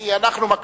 כי אנחנו מקפידים.